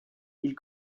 ils